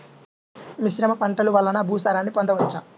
మిశ్రమ పంటలు వలన భూసారాన్ని పొందవచ్చా?